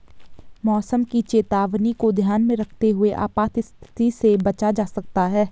मौसम की चेतावनी को ध्यान में रखते हुए आपात स्थिति से बचा जा सकता है